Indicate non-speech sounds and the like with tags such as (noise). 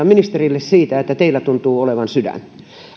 (unintelligible) ministerille siitä että teillä tuntuu olevan sydän